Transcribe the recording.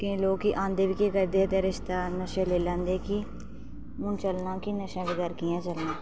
केईं लोक की आंदे बी के करदे रस्तेआ नशे लेई लैंदे की हून चलना की नशै वगैर कि'यां चलना